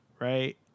right